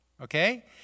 Okay